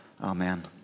Amen